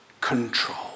control